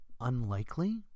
unlikely